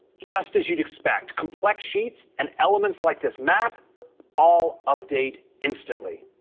just as you'd expect, complex sheets and elements like this map all update instantly.